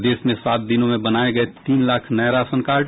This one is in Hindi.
प्रदेश में सात दिनों में बनाये गये तीन लाख नये राशन कार्ड